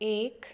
एक